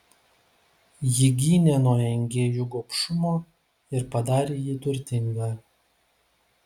ji gynė nuo engėjų gobšumo ir padarė jį turtingą